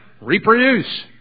reproduce